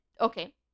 okay